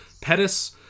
Pettis